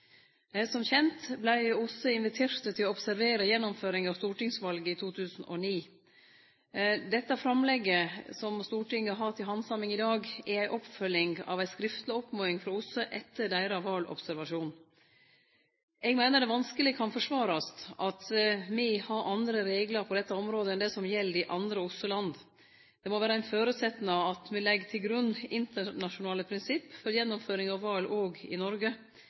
Som kjent vart OSSE invitert til å observere gjennomføringa av stortingsvalet i 2009. Det framlegget som Stortinget har til handsaming i dag, er oppfølging av ei skriftleg oppmoding frå OSSE etter deira valobservasjon. Eg meiner det vanskeleg kan forsvarast at me har andre reglar på dette området enn det som gjeld i andre OSSE-land. Det må vere ein føresetnad at me legg til grunn internasjonale prinsipp for gjennomføring av val òg i Noreg,